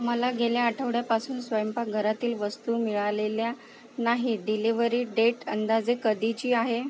मला गेल्या आठवड्यापासून स्वयंपाकघरातील वस्तू मिळालेल्या नाहीत डिलेव्हरी डेट अंदाजे कधीची आहे